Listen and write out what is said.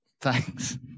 Thanks